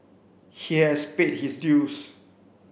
he has paid his dues